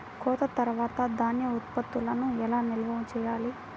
కోత తర్వాత ధాన్య ఉత్పత్తులను ఎలా నిల్వ చేయాలి?